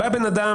בא בן אדם